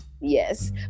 Yes